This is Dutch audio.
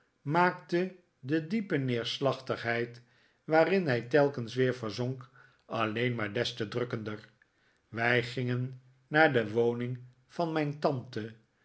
maakte de diepe neerslachtigheid waarin hij telkens weer verzonk alleen maar des te drukkender wij gingen naar de woning van mijn tante